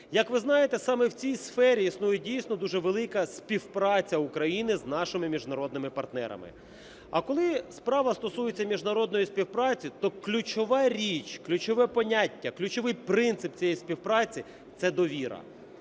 Як ви знаєте, саме в цій сфері існує дійсно дуже велика співпраця України з нашими міжнародними партнерами. А коли справа стосується міжнародної співпраці, то ключова річ, ключове поняття, ключовий принцип цієї співпраці – це довіра.